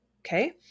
Okay